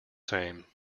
same